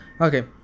okay